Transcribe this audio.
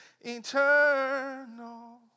eternal